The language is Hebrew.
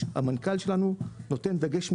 המנכ"ל שלנו נותן דגש מיוחד,